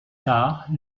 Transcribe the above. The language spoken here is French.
tard